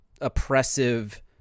oppressive